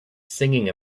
singing